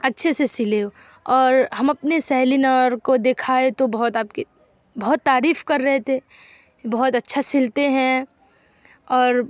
اچھے سے سلے ہو اور ہم اپنے سہیلی اور کو دکھائے تو بہت آپ کی بہت تعریف کر رہے تھے بہت اچھا سلتے ہیں اور